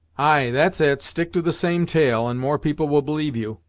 ay, that's it stick to the same tale, and more people will believe you.